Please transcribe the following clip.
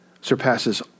surpasses